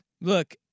Look